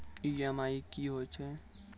EMI कि होय छै?